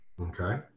Okay